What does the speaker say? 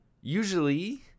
usually